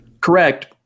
Correct